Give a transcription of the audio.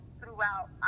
throughout